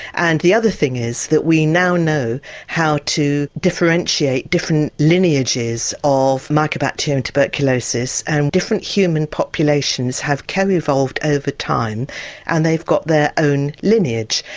and the other thing is that we now know how to differentiate different lineages of mycobacterium tuberculosis and different human populations have co-evolved over time and they've got their own lineage.